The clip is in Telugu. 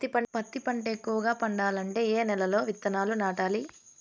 పత్తి పంట ఎక్కువగా పండాలంటే ఏ నెల లో విత్తనాలు నాటాలి?